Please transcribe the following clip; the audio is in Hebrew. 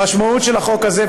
המשמעות של החוק הזה,